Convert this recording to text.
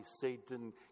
Satan